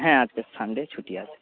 হ্যাঁ আজকে সানডে ছুটি আছে